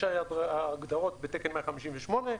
יש הגדרות בתקן 158,